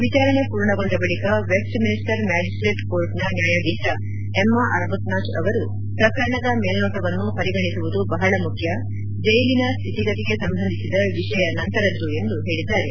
ವಿಚಾರಣೆ ಪೂರ್ಣಗೊಂಡ ಬಳಿಕ ವೆಸ್ಟ್ಮಿನಿಸ್ಸರ್ ಮ್ಯಾಜಸ್ಸೇಟ್ ಕೋರ್ಟ್ನ ನ್ಯಾಯಾಧೀಶ ಎಮ್ನ ಅರ್ಬುತ್ನಾಟ್ ಅವರು ಪ್ರಕರಣದ ಮೇಲ್ನೋಟವನ್ನು ಪರಿಗಣಿಸುವುದು ಬಹಳ ಮುಖ್ಯ ಜೈಲಿನ ಸ್ವಿತಿಗತಿಗೆ ಸಂಬಂಧಿಸಿದ ವಿಷಯ ನಂತರದ್ದು ಎಂದು ಹೇಳಿದ್ದಾರೆ